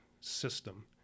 system